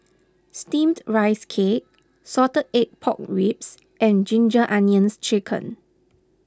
Steamed Rice Cake Salted Egg Pork Ribs and Ginger Onions Chicken